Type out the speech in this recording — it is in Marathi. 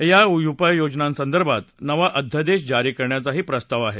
या उपाययोजनांसंदर्भात नवा अध्यादेश जारी करण्याचाही प्रस्ताव आहे